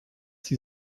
sie